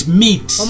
meat